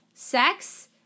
sex